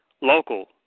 local